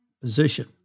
position